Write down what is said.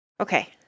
Okay